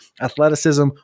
athleticism